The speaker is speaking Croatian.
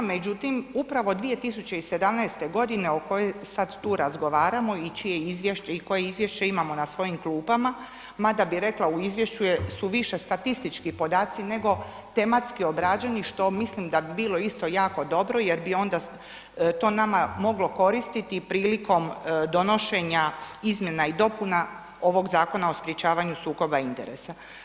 Međutim, upravo 2017. godine o kojoj sada tu razgovaramo i čije Izvješće i koje Izvješće imamo na stojim klupama, mada bi rekla u Izvješću su više statistički podaci nego tematski obrađeni što mislim da bi bilo isto jako dobro jer bi onda to nama moglo koristiti prilikom donošenja izmjena i dopuna ovoga Zakona o sprječavanju sukoba interesa.